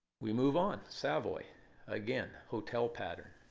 we move on savoy again, hotel pattern.